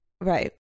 right